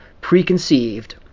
preconceived